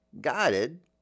guided